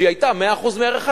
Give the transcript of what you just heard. שהיא היתה 100% ערך הקרקע.